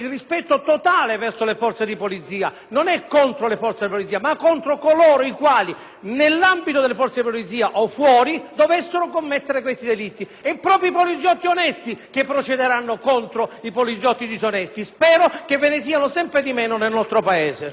nell'ambito delle Forze di polizia o fuori, dovessero commettere siffatti delitti. Saranno proprio i poliziotti onesti a procedere contro i poliziotti disonesti. (E spero che ve ne siano sempre di meno nel nostro Paese).